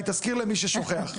היא תזכיר למי ששוכח,